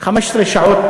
15 שעות,